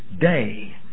day